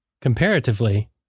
Comparatively